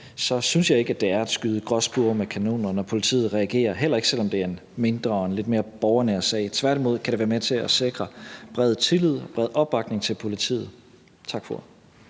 sag synes jeg ikke, det er at skyde gråspurve med kanoner, når politiet reagerer, heller ikke selv om det er en mindre og en lidt mere borgernær sag, tværtimod kan det være med til at sikre bred tillid og bred opbakning til politiet. Tak for